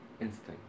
Instinct